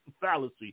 fallacy